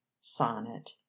sonnet